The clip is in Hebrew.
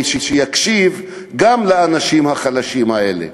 ושיקשיב גם לאנשים החלשים האלה.